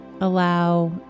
Allow